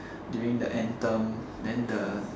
during the end term then the